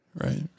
right